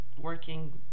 Working